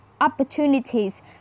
opportunities